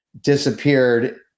disappeared